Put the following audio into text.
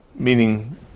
meaning